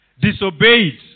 disobeyed